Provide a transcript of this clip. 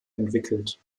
entwickelt